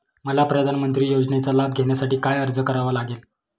मला प्रधानमंत्री योजनेचा लाभ घेण्यासाठी काय अर्ज करावा लागेल?